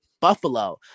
Buffalo